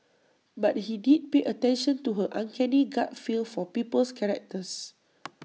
but he did pay attention to her uncanny gut feel for people's characters